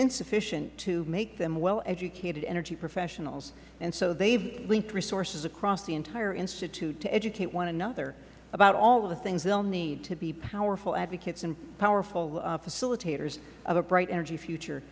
insufficient to make them well educated energy professionals and so they have linked resources across the entire institute to educate one another about all of the things they will need to be powerful advocates and powerful facilitators of a bright energy